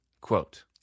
quote